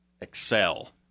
excel –